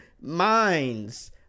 minds